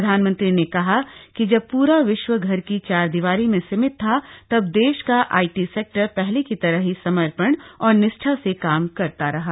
प्रधानमंत्री ने कहा कि जब पूरा विश्व घर की चार दीवारी में सीमित था तब देश का आई टी सैक्टर पहले की तरह ही समर्पण और निष्ठा से काम करता रहा